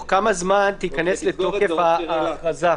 הייתה שאלה תוך כמה זמן תיכנס לתוקף ההכרזה,